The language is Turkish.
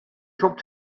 çok